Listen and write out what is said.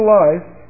life